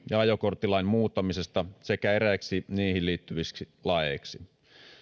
ja ajokorttilain muuttamisesta sekä eräiksi niihin liittyviksi laeksi